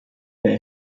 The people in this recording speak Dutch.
bij